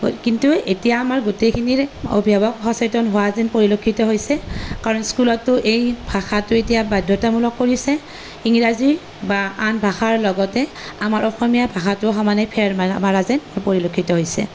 কিন্তু এতিয়া আমাৰ গোটেইখিনিৰ অভিভাৱক সচেতন হোৱা যেন পৰিলক্ষিত হৈছে কাৰণ স্কুলতো এই ভাষাটো এতিয়া বাধ্যতামূলক কৰিছে ইংৰাজী বা আন ভাষাৰ লগতে আমাৰ অসমীয়া ভাষাটো সমানে ফেৰ মাৰা মাৰা যেন পৰিলক্ষিত হৈছে